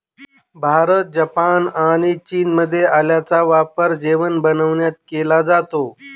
Bharat, Japan आणि चीनमध्ये आल्याचा वापर जेवण बनविण्यात केला जातो